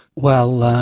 well,